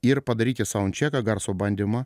ir padaryti sound čeką garso bandymą